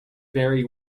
vary